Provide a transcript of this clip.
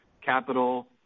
capital